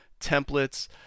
templates